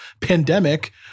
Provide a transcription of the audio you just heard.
pandemic